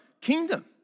kingdom